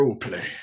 roleplay